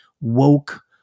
woke